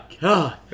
god